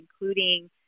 including